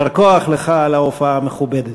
יישר כוח לך על ההופעה המכובדת.